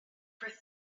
for